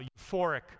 euphoric